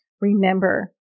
Remember